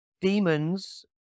demons